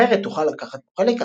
הנבחרת תוכל לקחת בו חלק,